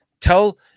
Tell